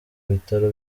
bitaro